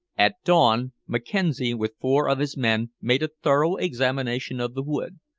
at dawn mackenzie, with four of his men, made a thorough examination of the wood,